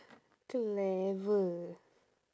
clever